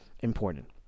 important